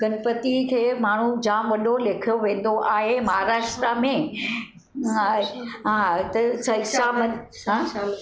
गणपति खे माण्हू जाम वॾो लेखियो वेंदो आहे महाराष्ट्र में आ हा त ई शाम हा शाम